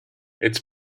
its